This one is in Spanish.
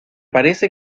parece